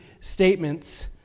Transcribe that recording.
statements